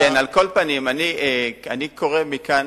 על כל פנים, אני קורא מכאן